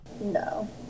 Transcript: No